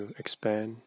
expand